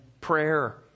prayer